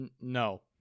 no